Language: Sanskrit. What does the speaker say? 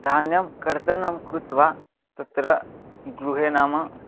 धान्यं कर्तनं कृत्वा तत्र गृहे नाम